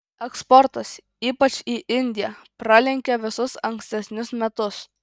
eksportas ypač į indiją pralenkia visus ankstesnius metus